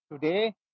Today